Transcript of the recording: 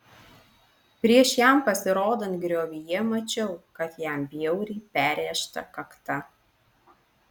prieš jam pasirodant griovyje mačiau kad jam bjauriai perrėžta kakta